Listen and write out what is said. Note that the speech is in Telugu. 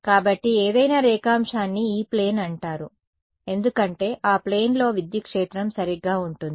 కాబట్టి ఏదైనా రేఖాంశాన్ని E ప్లేన్ అంటారు ఎందుకంటే ఆ ప్లేన్ లో విద్యుత్ క్షేత్రం సరిగ్గా ఉంటుంది